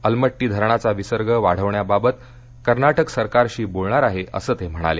अलमट्टी धरणाचा विसर्ग वाढवण्याबाबत कर्ना क्रि सरकारशी बोलणार आहे असं ते म्हणाले